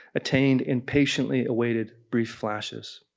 attained in patiently awaited brief flashes,